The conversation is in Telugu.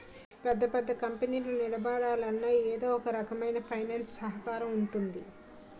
పెద్ద పెద్ద కంపెనీలు నిలబడాలన్నా ఎదో ఒకరకమైన ఫైనాన్స్ సహకారం ఉంటుంది